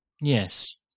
yes